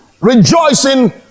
rejoicing